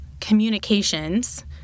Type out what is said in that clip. communications